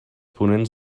ponents